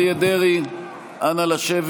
רואה שבתקופה די קצרה אכן נוכחתי לצערי שכך